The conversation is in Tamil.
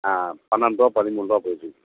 ஆ பன்னெண்ட்ரூபா பதிமூணு ரூபா போயிட்ருக்கு